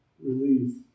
relief